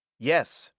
yes,